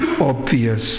obvious